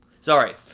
Sorry